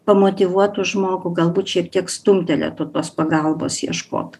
pamotyvuotų žmogų galbūt šiek tiek stumtelėtų tos pagalbos ieškot